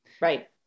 right